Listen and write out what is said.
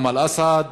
לאמל אסעד,